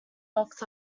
box